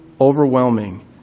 overwhelming